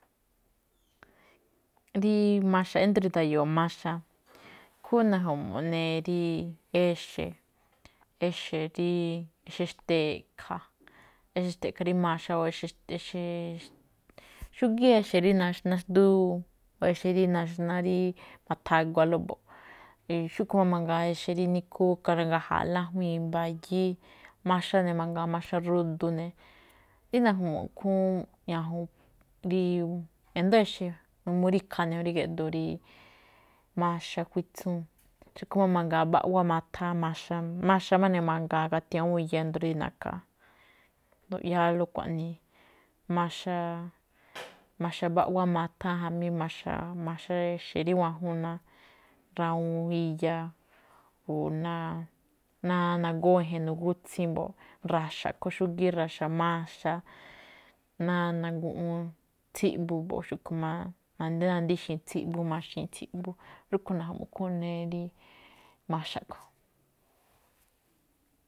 Dí maxa nda̱yo̱o̱ rí maxa, ikhúúnꞌ na̱ju̱mu̱ dí exe̱, exe̱ dí exe̱ xte̱ꞌkha̱, exe̱ xte̱ꞌkha rí maxa o exe̱, xúgíí exe̱ rí naxná xndúu, exe̱ rí naxná rí ma̱thagualóꞌ mbo̱ꞌ, xúꞌkhue̱n máꞌ mangaa, exe̱ rí níkhú i̱ka̱ ragaja̱a̱ lájuíin mbayíí, maxa ne̱ mangaa maxa rudu ne̱. Rí na̱ju̱mu̱ꞌ ikhúúnꞌ, ñajuun endo̱ó exe̱, n uu rí ikhaa ne̱ geꞌdoo rí maxa kuitsúun. Xúꞌkhue̱n máꞌ mangaa mbaꞌwua matha maxa, maxa máꞌ ne̱ mangaa gati awúun iya na̱ka̱a, nduꞌyáálóꞌ xkuaꞌnii, maxa, maxa mbaꞌwá matha jamí maxa, maxa exe̱ rí wájon ná rawuun iya, o náa naa- góó e̱je̱n nagútsín mbo̱ꞌ, ra̱xa̱ a̱ꞌkho̱n xúgíí ra̱xa̱ maxa ná nanguꞌwúún tsíꞌbu mbo̱ꞌ, xúꞌkhue̱n máꞌ ná nadíxi̱i̱n tsíꞌbu maxiin tsíꞌbu. Rúꞌkhue̱n naju̱mu̱ꞌ ikhúúnꞌ, rí maxa a̱ꞌkhue̱n.